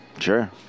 Sure